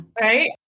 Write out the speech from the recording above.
Right